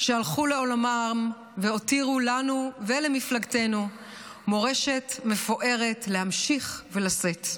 שהלכו לעולמם והותירו לנו ולמפלגתנו מורשת מפוארת להמשיך ולשאת.